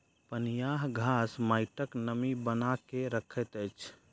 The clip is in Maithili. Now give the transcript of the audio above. पनियाह घास माइटक नमी बना के रखैत अछि